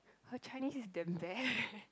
her Chinese is damn bad